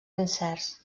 incerts